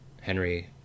Henry